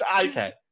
okay